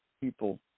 people